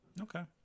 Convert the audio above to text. Okay